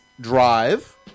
drive